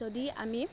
যদি আমি